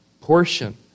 portion